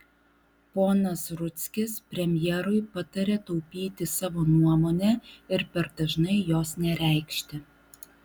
ponas rudzkis premjerui pataria taupyti savo nuomonę ir per dažnai jos nereikšti